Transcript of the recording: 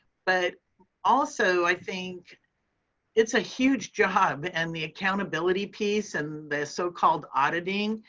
but also i think it's a huge job and the accountability piece and the so called auditing.